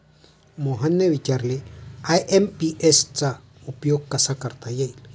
मोहनने विचारले आय.एम.पी.एस चा उपयोग कसा करता येईल?